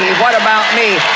what about me,